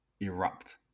erupt